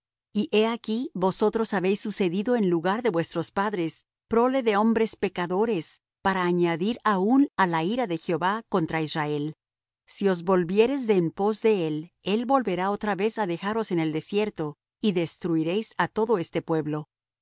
y he aquí vosotros habéis sucedido en lugar de vuestros padres prole de hombres pecadores para añadir aún á la ira de jehová contra israel si os volviereis de en pos de él él volverá otra vez á dejaros en el desierto y destruiréis á todo este pueblo